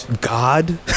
God